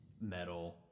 metal